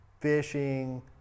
fishing